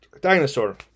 dinosaur